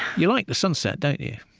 you like the sunset, don't you?